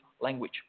language